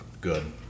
good